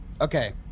Okay